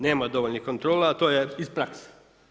Nema dovoljnih kontrola, a to je iz prakse.